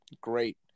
great